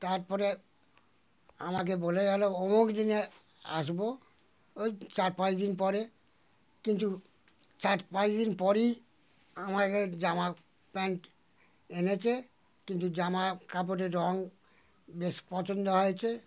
তারপরে আমাকে বলে গেলো অমুক দিনে আসবো ওই চার পাঁচ দিন পরে কিন্তু চার পাঁচ দিন পরই আমাকে জামা প্যান্ট এনেছে কিন্তু জামা কাপড়ের রঙ বেশ পছন্দ হয়েছে